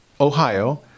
Ohio